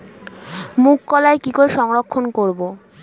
মুঘ কলাই কি করে সংরক্ষণ করব?